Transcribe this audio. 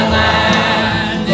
land